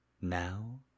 now